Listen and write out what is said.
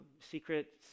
secret